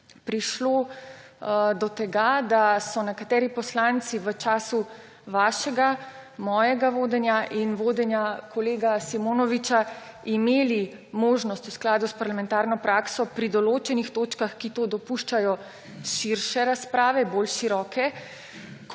prišlo do tega, da so nekateri poslanci v času vašega, mojega vodenja in vodenja kolega Simonoviča imeli možnost v skladu s parlamentarno prakso pri določenih točkah, ki to dopuščajo, širše razprave, bolj široke.